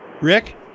Rick